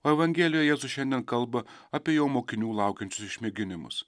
o evangelijoje jėzus šiandien kalba apie jo mokinių laukiančius išmėginimus